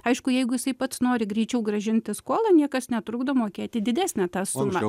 aišku jeigu jisai pats nori greičiau grąžinti skolą niekas netrukdo mokėti didesnę tą sumą